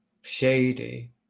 shady